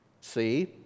See